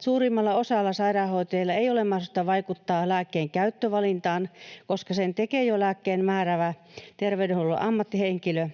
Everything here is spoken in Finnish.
Suurimmalla osalla sairaanhoitajia ei ole mahdollisuutta vaikuttaa lääkkeen käyttövalintaan, koska sen tekee jo lääkkeen määräävä terveydenhuollon ammattihenkilö